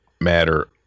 matter